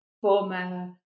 former